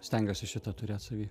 stengiuosi šitą turėt savy